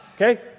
okay